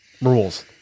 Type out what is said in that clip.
rules